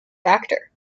factor